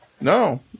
No